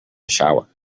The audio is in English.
shower